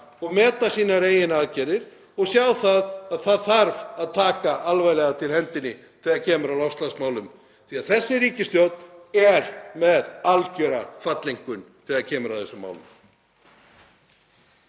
og meta sínar eigin aðgerðir og sjá að það þarf að taka alvarlega til hendinni þegar kemur að loftslagsmálum því að þessi ríkisstjórn er með algjöra falleinkunn þegar kemur að þessum málum.